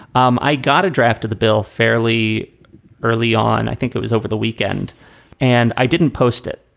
um i got a draft of the bill fairly early on. i think it was over the weekend and i didn't post it.